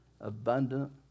Abundant